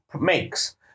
makes